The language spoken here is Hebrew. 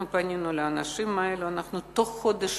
אנחנו פנינו לאנשים האלה ותוך חודש